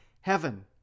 heaven